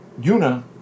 Yuna